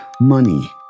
money